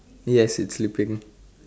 yes it's sleeping